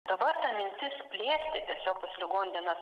dabar ta mintis plėsti tiesiog tas ligonių dienas